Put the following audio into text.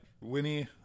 Winnie